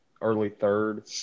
early-third